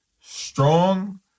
strong